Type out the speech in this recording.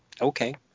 okay